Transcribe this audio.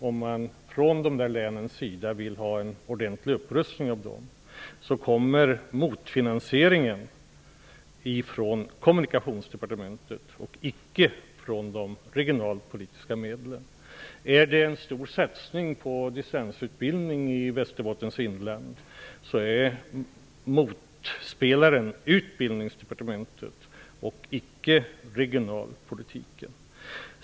Om man från länens sida vill ha en ordentlig upprustning av den kommer motfinansieringen ifrån Kommunikationsdepartementet och icke från de regionalpolitiska medlen. Västerbottens inland är motspelaren Utbildningsdepartementet, och det är icke fråga om de regionalpolitiska medlen.